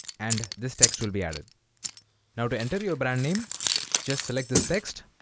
and this text will be added now to enter your brand name just select this text